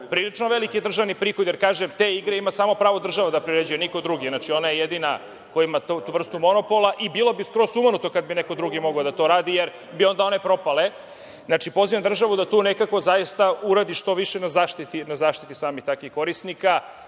prilično veliki državni prihod, jer kažem, te igre ima samo pravo država da priređuje, niko drugi, ona je jedina koja ima tu vrstu monopola i bilo bi skroz sumanuto kad bi neko drugi mogao da to radi, jer bi onda one propale. Znači, pozivam državu da tu nekako, zaista, uradi na zaštiti samih takvih korisnika.